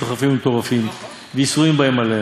סחופים ומטורפים וייסורים באים עליהם?